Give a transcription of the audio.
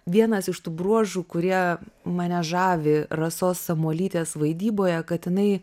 vienas iš tų bruožų kurie mane žavi rasos samuolytės vaidyboje kad jinai